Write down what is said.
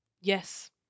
Yes